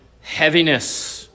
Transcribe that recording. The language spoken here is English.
heaviness